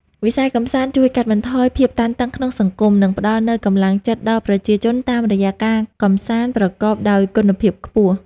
វិស័យកម្សាន្តជួយកាត់បន្ថយភាពតានតឹងក្នុងសង្គម និងផ្ដល់នូវកម្លាំងចិត្តដល់ប្រជាជនតាមរយៈការកម្សាន្តប្រកបដោយគុណភាពខ្ពស់។